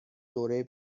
دوره